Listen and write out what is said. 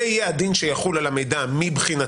זה יהיה הדין שיחול על המידע מבחינתנו,